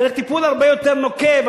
צריך טיפול הרבה יותר נוקב,